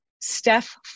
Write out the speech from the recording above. Steph